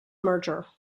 merger